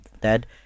dad